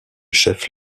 chef